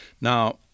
Now